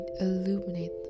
illuminate